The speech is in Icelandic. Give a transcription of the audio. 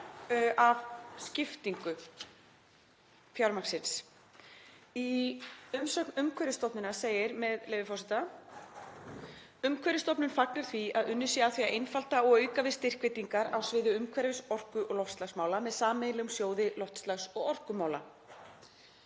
af skiptingu fjármagnsins. Í umsögn Umhverfisstofnunar segir, með leyfi forseta: „Umhverfisstofnun fagnar því að unnið sé að því að einfalda og auka við styrkveitingar á sviði umhverfis-, orku- og loftslagsmála með sameiginlegum sjóði loftslags- og orkumála.“